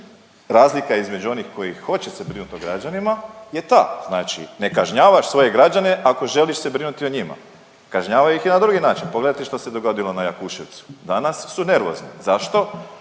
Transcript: Razlika između onih koji hoće se brinut o građanima je ta, znači ne kažnjavaš svoje građane ako želiš se brinuti o njima. Kažnjava ih i na drugi način, pogledajte što se dogodilo na Jakuševcu. Danas su nervozni. Zašto?